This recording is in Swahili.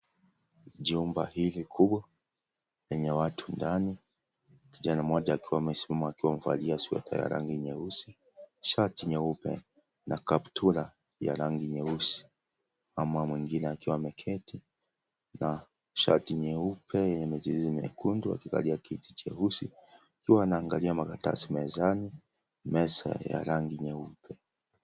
Jumba hili kubwa lenye watu ndani, kijanammoja akiwa amesimama akiwa amevalia sweta ya rangi nyeusi shati nyeupe na kaptura ya rangi nyeusi mama mwingine akiwa ameketi na shati nyeupe yenye michirizi mwekundu akikalia kiti cheusi akiwaanaangalia makaratasi mezani ,meza ya rangi nyeupe.